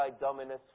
Dominus